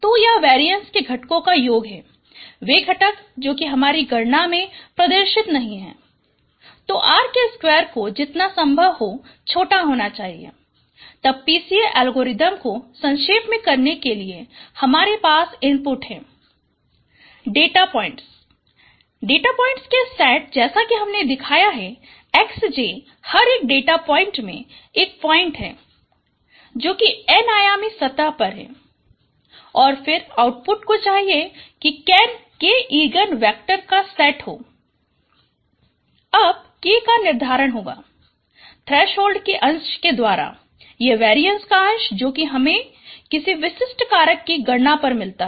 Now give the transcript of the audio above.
तो यह वेरीएंस के घटकों का योग है वे घटक जो कि हमारी गणना में प्रदर्शित नहीं हैं तो 𝑅2 को जितना संभव हो छोटा होना चाहिए तब PCA एल्गोरिथ्म को संक्षेप में करने के लिए हमारे पास इनपुट है डेटा पॉइंट्स के सेट जैसा कि हमने दिखाया है Xj हर एक डेटा पॉइंट में एक पॉइंट है जो कि n आयामी सतह पर है और फिर आउटपुट को चाहिए कि k इगन वेक्टर का सेट हो अब k का निर्धारण होगा थ्रेसहोल्ड के अंश के द्वारा ये वेरीएंस का अंश जो कि हमें किसी विशिष्ट कारक कि गणना पर मिलता है